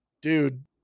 dude